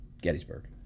Gettysburg